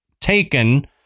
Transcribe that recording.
taken